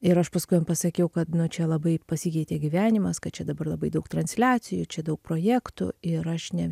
ir aš paskui jam pasakiau kad nu čia labai pasikeitė gyvenimas kad čia dabar labai daug transliacijų čia daug projektų ir aš ne